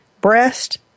breast